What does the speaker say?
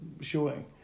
showing